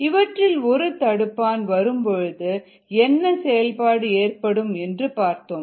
இவற்றில் ஒரு தடுப்பான் வரும்பொழுது என்ன செயல்பாடு ஏற்படும் என்று பார்த்தோம்